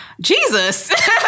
Jesus